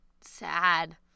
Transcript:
sad